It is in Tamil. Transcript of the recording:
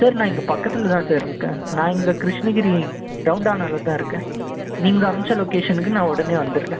சார் நான் இங்கே பக்கத்தில் தான் சார் இருக்கேன் நான் இங்கே கிரிஷ்ணகிரி ரௌண்ட்டானாவில தான் இருக்கேன் நீங்கள் அமிச்சி லொக்கேஷனுக்கு நான் உடனே வந்துட்றேன்